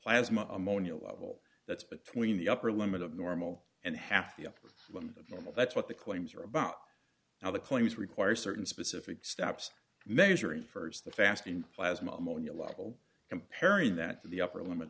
plasma ammonia level that's between the upper limit of normal and half the upper limit of normal that's what the claims are about how the claims require certain specific steps measuring st the fasting plasma ammonia level comparing that to the upper limit